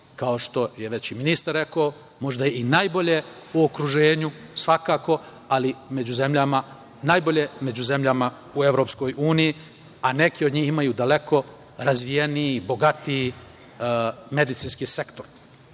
kao što je već i ministar rekao, možda i najbolje u okruženju, to svakako, ali i među zemljama u EU, a neke od njih imaju daleko razvijeniji i bogatiji medicinski sektor. Mere